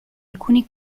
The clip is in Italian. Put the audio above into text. alcuni